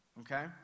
Okay